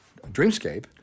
Dreamscape